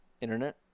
Internet